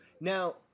Now